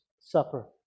supper